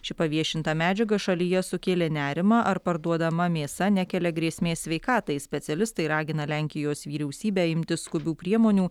ši paviešinta medžiaga šalyje sukėlė nerimą ar parduodama mėsa nekelia grėsmės sveikatai specialistai ragina lenkijos vyriausybę imtis skubių priemonių